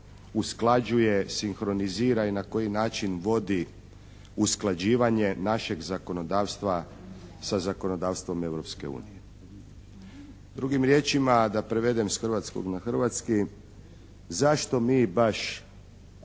usklađuje, sinhronizira i na koji način vodi usklađivanje našeg zakonodavstva sa zakonodavstvom Europske unije. Drugim riječima da prevedem s hrvatskog na hrvatski zašto mi baš